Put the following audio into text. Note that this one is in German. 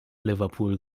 liverpool